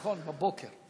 נכון, בבוקר.